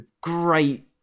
great